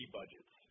budgets